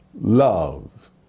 love